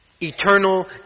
eternal